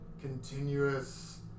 continuous